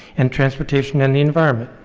and transportation and the environment,